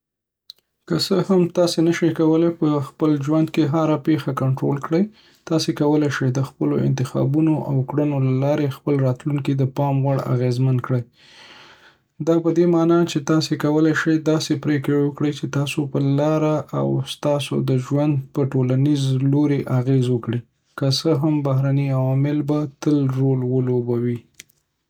که څه هم تاسو نشئ کولی په خپل ژوند کې هره پیښه کنټرول کړئ، تاسو کولی شئ د خپلو انتخابونو او کړنو له لارې خپل راتلونکی د پام وړ اغیزمن کړئ. دا پدې مانا ده چې تاسو کولی شئ داسې پریکړې وکړئ چې ستاسو په لاره او ستاسو د ژوند په ټولیز لوري اغیزه وکړي، که څه هم بهرني عوامل به تل رول ولوبوي.